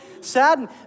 saddened